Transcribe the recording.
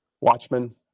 watchmen